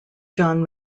john